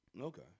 Okay